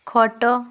ଖଟ